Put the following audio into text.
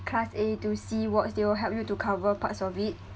class A to C wards they will help you to cover parts of it